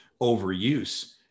overuse